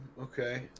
okay